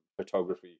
photography